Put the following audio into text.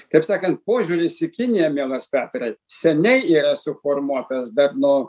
kaip sakant požiūris į kiniją mielas petrai seniai yra suformuotas dar nuo